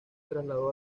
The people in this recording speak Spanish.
trasladó